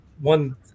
one